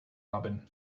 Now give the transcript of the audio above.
robin